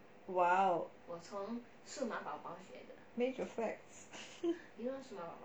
!wow! major flex